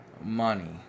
Money